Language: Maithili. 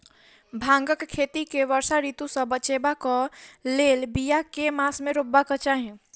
भांगक खेती केँ वर्षा ऋतु सऽ बचेबाक कऽ लेल, बिया केँ मास मे रोपबाक चाहि?